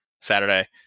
Saturday